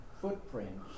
footprints